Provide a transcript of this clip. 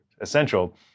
essential